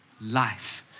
life